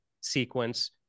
sequence